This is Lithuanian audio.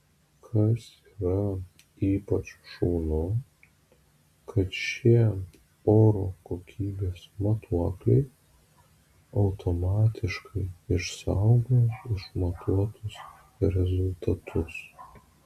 kas yra ypač šaunu kad šie oro kokybės matuokliai automatiškai išsaugo išmatuotus rezultatus